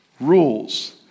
rules